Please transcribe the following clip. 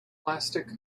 plastic